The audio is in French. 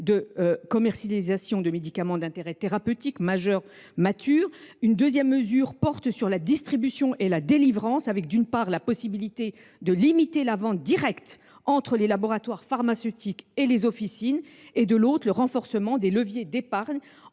la commercialisation de médicaments matures d’intérêt thérapeutique majeur. La deuxième mesure porte sur la distribution et la délivrance, avec, d’une part, la possibilité de limiter la vente directe entre les laboratoires pharmaceutiques et les officines et, d’autre part, le renforcement des leviers d’épargne